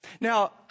Now